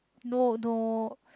no no